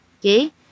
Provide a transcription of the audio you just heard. okay